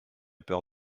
peur